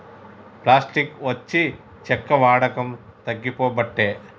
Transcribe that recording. plastic వచ్చి చెక్క వాడకం తగ్గిపోబట్టే